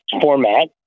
format